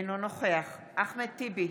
אינו נוכח אחמד טיבי,